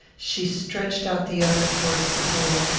she stretched out the other towards the door,